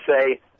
say